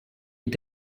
est